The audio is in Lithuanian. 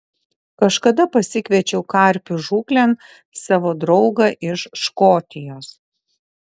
kažkada pasikviečiau karpių žūklėn savo draugą iš škotijos